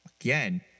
Again